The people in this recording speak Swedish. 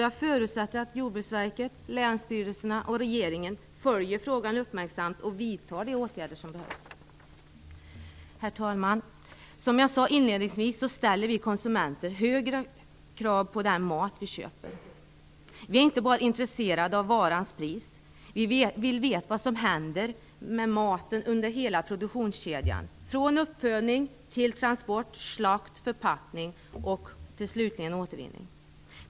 Jag förutsätter alltså att Jordbruksverket, länsstyrelserna och regeringen uppmärksamt följer frågan och vidtar de åtgärder som behövs. Herr talman! Som jag sade inledningsvis ställer vi konsumenter högre krav på den mat vi köper. Vi är inte bara intresserade av varans pris - vi vill veta vad som händer med maten under hela produktionskedjan från uppfödning till transport, slakt, förpackning och slutligen återvinning.